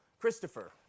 Christopher